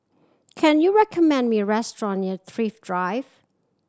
can you recommend me a restaurant near Thrift Drive